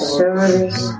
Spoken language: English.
service